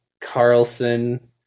Carlson